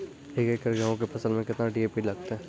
एक एकरऽ गेहूँ के फसल मे केतना डी.ए.पी लगतै?